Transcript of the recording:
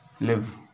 live